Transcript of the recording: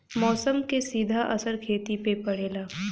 मौसम क सीधा असर खेती पे पड़ेला